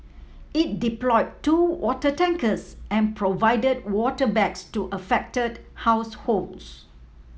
it deployed two water tankers and provided water bags to affected households